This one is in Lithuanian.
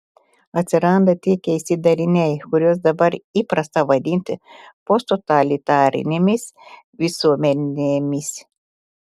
atsiranda tie keisti dariniai kuriuos dabar įprasta vadinti posttotalitarinėmis visuomenėmis